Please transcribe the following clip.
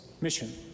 mission